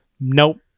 Nope